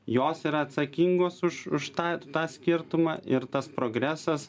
jos yra atsakingos už už tą tą skirtumą ir tas progresas